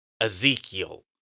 Ezekiel